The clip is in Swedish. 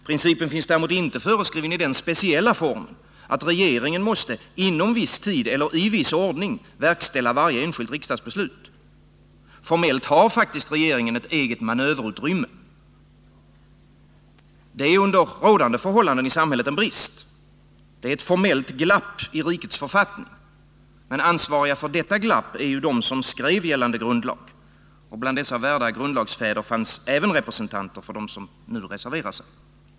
Principen finns däremot inte föreskriven i den speciella formen, att regeringen inom viss tid eller i viss ordning måste verkställa varje enskilt riksdagsbeslut. Formellt har faktiskt regeringen ett eget manöverutrymme. Detta är under rådande förhållanden i samhället en brist. Det är ett formellt glapp i rikets författning. Men ansvariga för detta glapp är ju de som skrev gällande grundlag. Och bland dessa värda grundlagsfäder fanns även representanter för dem som nu reserverar sig.